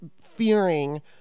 fearing –